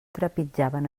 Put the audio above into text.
trepitjaven